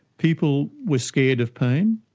people were scared of pain,